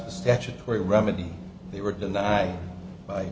best statutory remedy they were denied by